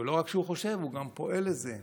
ולא רק שהוא חושב, הוא גם פועל לזה.